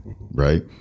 right